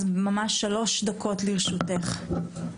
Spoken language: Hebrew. שלוש דקות לרשותך.